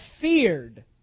feared